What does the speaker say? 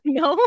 no